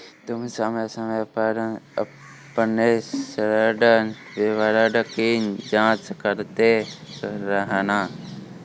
तुम समय समय पर अपने ऋण विवरण की जांच करते रहना